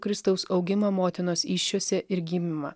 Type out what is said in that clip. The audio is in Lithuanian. kristaus augimą motinos įsčiuose ir gimimą